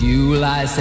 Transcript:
July